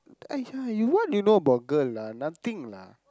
!aiya! what you know about girl lah nothing lah